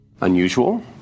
Unusual